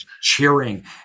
cheering